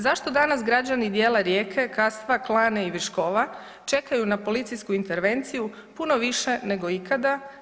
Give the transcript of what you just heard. Zašto danas građani dijel Rijeka, Kastva, Klana i Viškova čekaju na policijsku intervenciju puno više nego ikada?